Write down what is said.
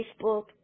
Facebook